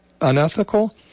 unethical